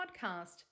podcast